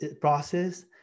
process